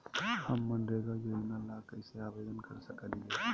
हम मनरेगा योजना ला कैसे आवेदन कर सकली हई?